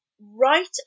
right